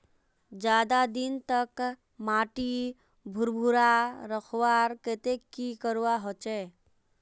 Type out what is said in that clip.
ज्यादा दिन तक माटी भुर्भुरा रखवार केते की करवा होचए?